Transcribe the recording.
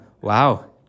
wow